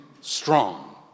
strong